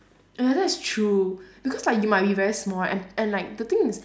ya that's true because like you might be very small right and and like the thing is